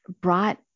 brought